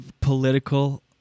political